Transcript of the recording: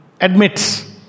admits